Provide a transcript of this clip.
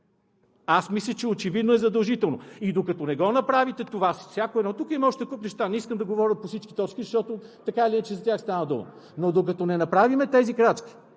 Аз мисля, че очевидно е задължително. И докато не го направите това – тук има още куп неща, не искам да говоря по всички точки, защото така или иначе за тях стана дума, но докато не направим тези крачки,